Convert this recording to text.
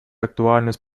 актуальность